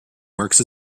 works